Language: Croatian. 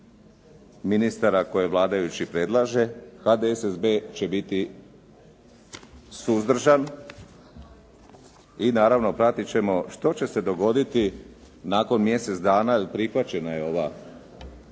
i izboru ministara koje vladajući predlaže. HDSSB će biti suzdržan i naravno pratit ćemo što će se dogoditi nakon mjesec dana jer prihvaćena je ova,